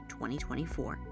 2024